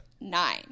nine